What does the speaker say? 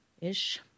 Ish